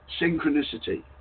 Synchronicity